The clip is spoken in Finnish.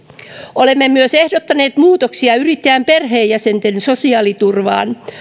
olemme myös ehdottaneet muutoksia yrittäjän perheenjäsenten sosiaaliturvaan